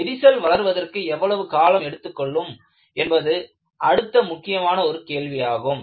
விரிசல் வளர்வதற்கு எவ்வளவு காலம் எடுத்துக்கொள்ளும் என்பது அடுத்த முக்கியமான ஒரு கேள்வியாகும்